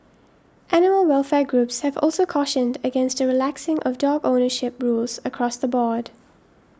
animal welfare groups have also cautioned against a relaxing of dog ownership rules across the board